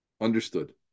Understood